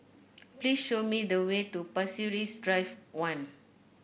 please show me the way to Pasir Panjang Drive One